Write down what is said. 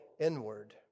inward